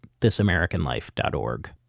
thisamericanlife.org